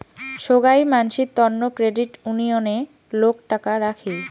সোগাই মানসির তন্ন ক্রেডিট উনিয়ণে লোক টাকা রাখি